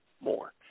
more